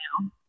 now